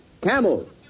camels